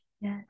yes